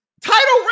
Title